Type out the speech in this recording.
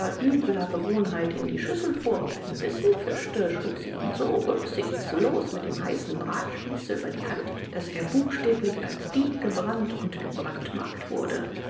übler gewohnheit in die schüssel fuhr und einen bissen fischte schlug sie ihn so rücksichtslos mit dem heißen bratspieße über die hand daß er buchstäblich als dieb gebrannt und gebrandmarkt wurde